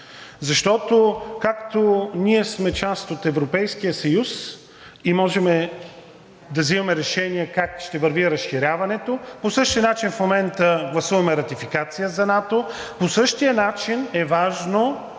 защото, както ние сме част от Европейския съюз и можем да взимаме решения как ще върви разширяването, по същия начин в момента гласуваме Ратификация за НАТО, по същия начин е важно